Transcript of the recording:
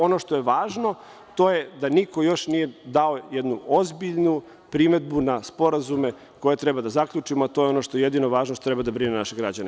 Ono što je važno, to je da niko još nije dao jednu ozbiljnu primedbu na sporazume koje treba da zaključimo, a to je ono što je jedino važno, što treba da brine naše građane.